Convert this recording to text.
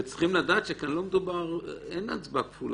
וצריכים לדעת שכאן אין הצבעה כפולה,